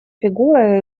фигура